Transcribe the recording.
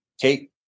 Kate